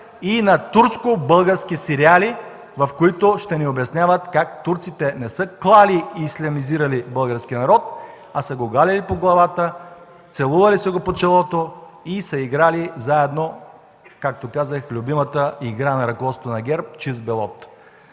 и на турско-български сериали, в които ще ни обясняват как турците не са клали и ислямизирали българския народ, а са го галили по главата, целували са го по челото и са играли заедно, както казах, любимата игра на ръководството на ГЕРБ – чист белот.